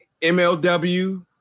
MLW